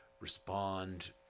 respond